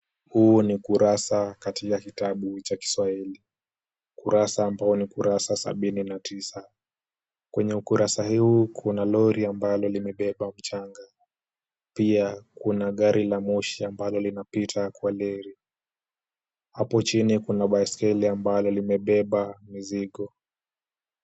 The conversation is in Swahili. Huu ni ukurasa kati ya kitabu cha Kiswahili, kurasa ambayo ni kurasa sabini na tisa. Kwenye ukurasa huu kuna lori ambalo limebeba mchanga, pia kuna gari la moshi ambalo linapita kwa reli. Hapo chini kuna baiskeli ambalo limebeba mizigo.